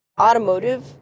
automotive